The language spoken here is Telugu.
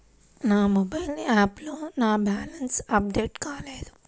నా మొబైల్ యాప్లో నా బ్యాలెన్స్ అప్డేట్ కాలేదు